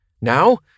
Now